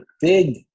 big